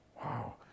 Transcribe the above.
Wow